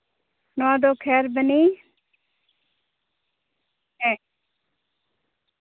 ᱱᱚᱣᱟ ᱫᱚ ᱠᱷᱚᱭᱮᱨᱵᱚᱱᱤ ᱦᱮᱸ